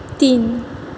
तीन